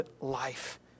life